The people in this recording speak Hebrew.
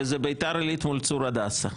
וזה ביתר עילית מול צור הדסה.